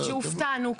שהופתענו כאן.